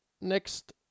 Next